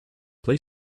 play